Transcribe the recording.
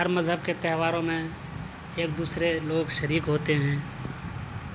ہر مذیب کے تہواروں میں ایک دوسرے لوگ شریک ہوتے ہیں